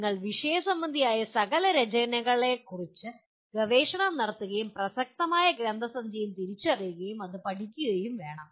നിങ്ങൾ വിഷയസംബന്ധിയായ സകല രചനകളെക്കുറിച്ച് ഗവേഷണം നടത്തുകയും പ്രസക്തമായ ഗ്രന്ഥസഞ്ചയം തിരിച്ചറിയുകയും അത് പഠിക്കുകയും വേണം